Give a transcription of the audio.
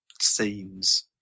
scenes